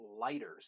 lighters